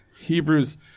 Hebrews